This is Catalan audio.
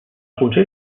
consell